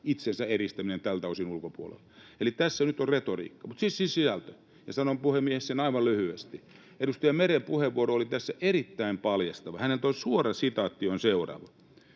itsensä eristäminen tältä osin ulkopuolelle. Eli tässä nyt on retoriikka. Mutta sitten sisältö, ja sanon, puhemies, sen aivan lyhyesti: Edustaja Meren puheenvuoro oli tässä erittäin paljastava. Suora sitaatti häneltä on seuraava: